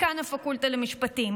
דיקן הפקולטה למשפטים,